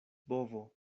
bovo